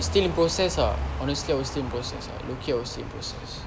still in process ah honestly I was still in process ah low-key I was still in process